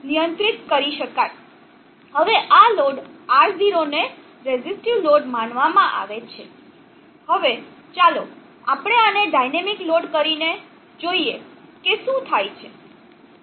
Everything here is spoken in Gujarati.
હવે આ લોડ R0 ને રેસિસ્ટીવ લોડ માનવામાં આવે છે હવે ચાલો આપણે આને ડાયનામિક લોડ કરીએ અને જોઈએ કે શું થાય છે